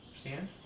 stand